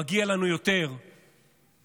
מגיע לנו יותר מ-64.